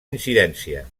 incidència